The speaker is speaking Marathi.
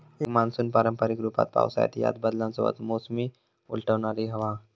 एक मान्सून पारंपारिक रूपात पावसाळ्यात ह्याच बदलांसोबत मोसमी उलटवणारी हवा हा